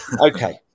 Okay